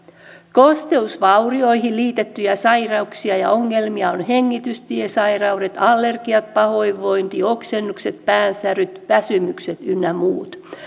kosteusvaurioihin liitettyjä sairauksia ja ongelmia ovat hengitystiesairaudet allergiat pahoinvointi oksennukset päänsäryt väsymykset ynnä muut